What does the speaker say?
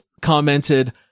commented